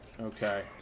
Okay